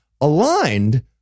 aligned